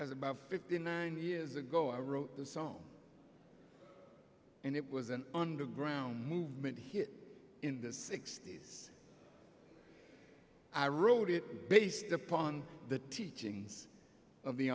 today as about fifty nine years ago i wrote this song and it was an underground movement here in the sixty's i wrote it based upon the teachings of the